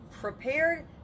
prepared